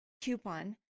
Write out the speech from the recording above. coupon